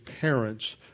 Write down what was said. parents